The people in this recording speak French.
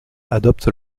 adopte